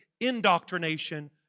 indoctrination